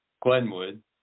Glenwood